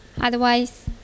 Otherwise